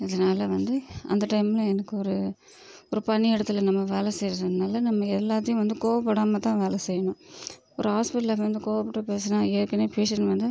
இதனால வந்து அந்த டைமில் எனக்கு ஒரு ஒரு பணி இடத்துல நம்ம வேலை செய்கிறதுனால நம்ம எல்லார்கிட்டையும் வந்து கோபப்படாமதான் வேலை செய்யணும் ஒரு ஹாஸ்பிட்டலில் வந்து கோபப்பட்டு பேசினா ஏற்கனே பேஷண்ட் வந்து